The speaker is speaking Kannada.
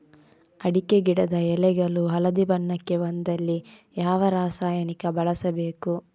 ಅಡಿಕೆ ಗಿಡದ ಎಳೆಗಳು ಹಳದಿ ಬಣ್ಣಕ್ಕೆ ಬಂದಲ್ಲಿ ಯಾವ ರಾಸಾಯನಿಕ ಬಳಸಬೇಕು?